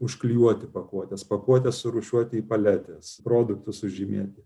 užklijuoti pakuotes pakuotes surūšiuoti į paletes produktus sužymėti